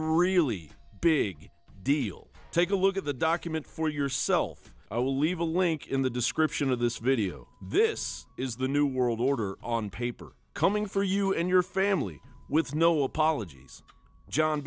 really big deal take a look at the document for yourself i will leave a link in the description of this video this is the new world order on paper coming for you and your family with no apologies john